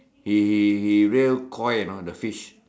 he he he rear Koi you know the fish